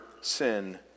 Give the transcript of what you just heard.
sin